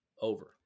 over